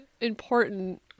important